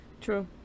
True